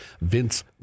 Vince